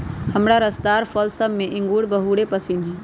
हमरा रसदार फल सभ में इंगूर बहुरे पशिन्न हइ